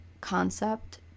concept